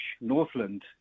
Northland